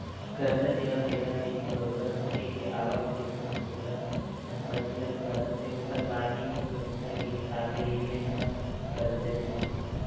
करजा देवत बेरा बेंक बरोबर मनखे के आवक के संग ओखर संपत्ति ल परखथे ओखर बाद ही सुरक्छा के हिसाब ले ही बेंक ह करजा देथे